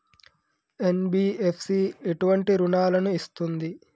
NBFC ఎటువంటి రుణాలను ఇస్తుంది?